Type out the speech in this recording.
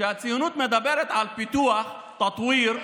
כשהציונות מדברת על פיתוח, תטוויר,